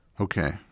Okay